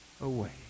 away